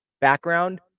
background